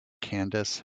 candice